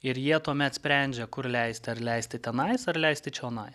ir jie tuomet sprendžia kur leisti ar leisti tenais ar leisti čionai